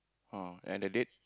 (huh) and the date